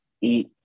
eat